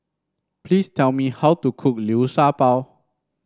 please tell me how to cook Liu Sha Bao